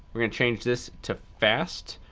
we're gonna change this to fast.